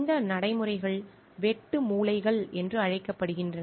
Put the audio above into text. இந்த நடைமுறைகள் வெட்டு மூலைகள் என்று அழைக்கப்படுகின்றன